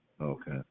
Okay